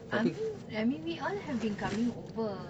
amin I mean we all have been coming over